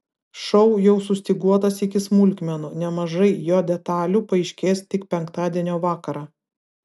šou jau sustyguotas iki smulkmenų nemažai jo detalių paaiškės tik penktadienio vakarą